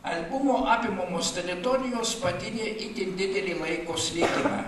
albumo apimamos teritorijos patyrė itin didelį laiko slėgimą